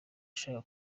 ashaka